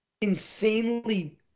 insanely